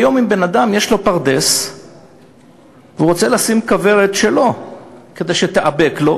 היום אם בן-אדם שיש לו פרדס רוצה לשים כוורת שלו כדי שתאבק לו,